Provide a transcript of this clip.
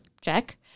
check